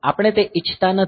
આપણે તે ઇચ્છતા નથી